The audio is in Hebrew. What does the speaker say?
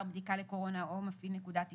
בדיקה לקורונה או מפעיל נקודת איסוף,